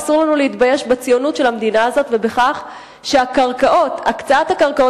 אסור לנו להתבייש בציונות של המדינה הזאת ובכך שהקצאת הקרקעות